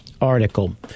article